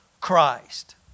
Christ